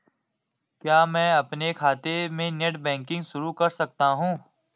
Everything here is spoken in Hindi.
क्या मैं अपने खाते में नेट बैंकिंग शुरू कर सकता हूँ?